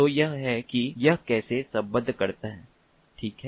तो यह है कि यह कैसे सम्बद्ध करता है ठीक है